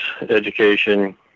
education